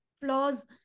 flaws